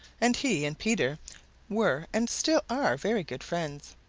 and he and peter were and still are very good friends.